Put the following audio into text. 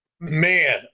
man